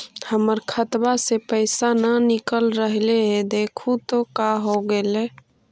हमर खतवा से पैसा न निकल रहले हे देखु तो का होगेले?